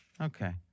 Okay